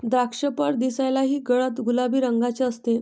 द्राक्षफळ दिसायलाही गडद गुलाबी रंगाचे असते